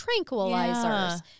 tranquilizers